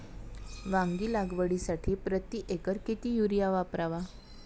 वांगी लागवडीसाठी प्रति एकर किती युरिया वापरावा?